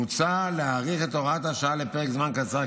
מוצע להאריך את הוראת השעה לפרק זמן קצר,